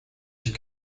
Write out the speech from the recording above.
ich